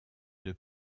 deux